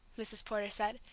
mrs. porter said.